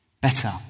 better